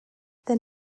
their